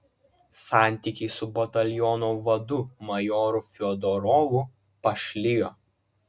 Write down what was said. santykiai su bataliono vadu majoru fiodorovu pašlijo